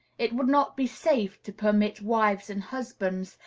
it would not be safe to permit wives and husbands,